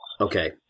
Okay